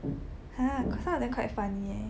!huh! cause some of them then quite funny eh